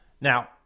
Now